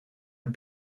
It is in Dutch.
het